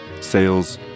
sales